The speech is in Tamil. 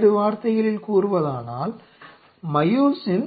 வேறு வார்த்தைகளில் கூறுவதானால் மையோசின்